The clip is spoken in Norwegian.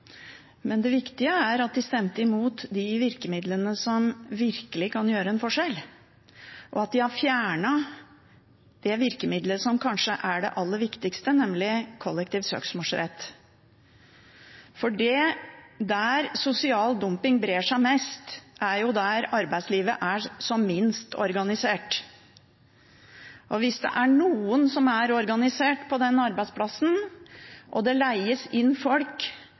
men det viktige er at de stemte imot de virkemidlene som virkelig kan gjøre en forskjell, og at de har fjernet det virkemidlet som kanskje er det aller viktigste, nemlig kollektiv søksmålsrett. For der sosial dumping brer seg mest, er der arbeidslivet er minst organisert. Hvis det er noen som er organisert på en arbeidsplass, og det leies inn folk